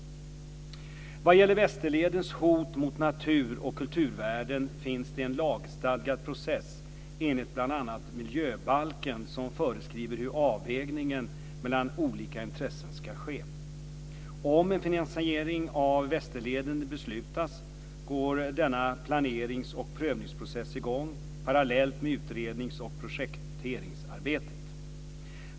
Vad gäller Västerledens hot mot natur och kulturvärden finns det en lagstadgad process enligt bl.a. miljöbalken som föreskriver hur avvägningen mellan olika intressen ska ske. Om en finansiering av Västerleden beslutas går denna planerings och prövningsprocess i gång, parallellt med utrednings och projekteringsarbetet.